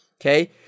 Okay